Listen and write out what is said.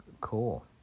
cool